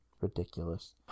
Ridiculous